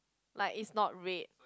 like it's not red